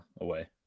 away